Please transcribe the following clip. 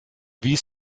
wie